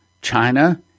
China